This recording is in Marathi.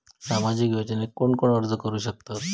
सामाजिक योजनेक कोण कोण अर्ज करू शकतत?